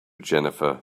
jennifer